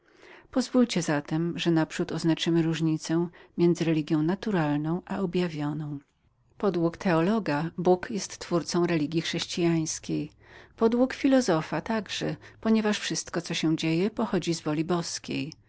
prawi za pozwoleniem oznaczmy naprzód różnicę między religią natury a objawioną podług teologa bóg jest twórcą religji chrześcijańskiej podług filozofa także ponieważ wszystko co się dzieje pochodzi z woli boskiej